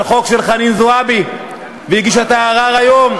על חוק של חנין זועבי, והיא הגישה את הערר היום.